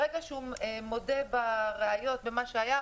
ברגע שהוא מודה במה שהיה,